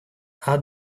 add